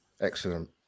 Excellent